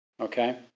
okay